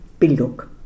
Bildung